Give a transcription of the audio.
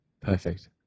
Perfect